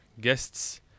guests